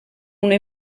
una